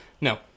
no